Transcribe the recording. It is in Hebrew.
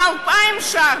עם 2,000 ש"ח.